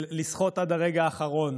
של לסחוט עד הרגע האחרון,